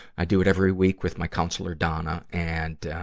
i do it every week with my counselor, donna. and,